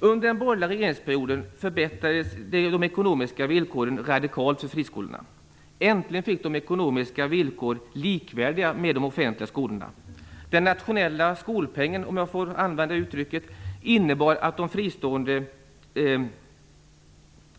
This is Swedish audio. Under den borgerliga regeringsperioden förbättrades de ekonomiska villkoren för friskolorna radikalt. Äntligen fick de ekonomiska villkor som var likvärdiga de offentliga skolornas. Den nationella skolpengen - om jag får använda det uttrycket - innebar